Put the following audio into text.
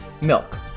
milk